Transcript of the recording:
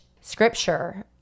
scripture